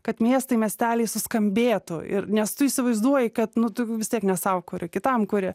kad miestai miesteliai suskambėtų ir nes tu įsivaizduoji kad nu tu vis tiek ne sau kuri kitam kuri